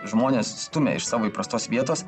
žmones stumia iš savo įprastos vietos